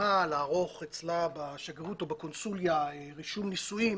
מסכימה לערוך אצלה בשגרירות או בקונסוליה רישום נישואין